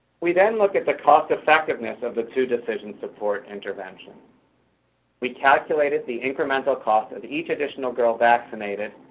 we then looked at the cost-effectiveness of the two decision-support interventions. we calculated the incremental cost of each additional girl vaccinated